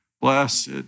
blessed